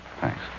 Thanks